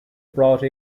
brought